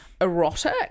erotic